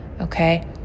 okay